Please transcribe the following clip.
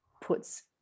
puts